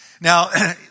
Now